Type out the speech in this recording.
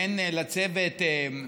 הן לצוות,